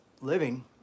living